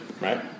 right